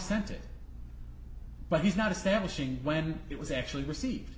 it but he's not establishing when it was actually received